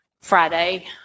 Friday